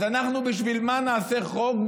אז בשביל מה נעשה חוק?